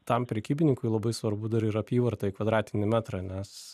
tam prekybininkui labai svarbu dar ir apyvarta į kvadratinį metrą nes